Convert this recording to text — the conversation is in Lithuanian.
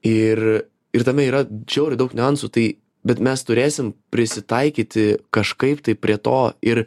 ir ir tame yra žiauriai ir daug niuansų tai bet mes turėsime prisitaikyti kažkaip tai prie to ir